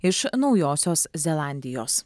iš naujosios zelandijos